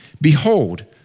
behold